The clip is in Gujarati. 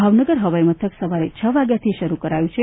ભાવનગર હવાઈ મથક સવારે છ વાગ્યાથી શરૂ કરાયું છે